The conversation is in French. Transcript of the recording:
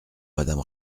madame